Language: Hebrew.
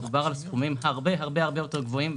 מדובר על סכומים הרבה הרבה יותר גבוהים.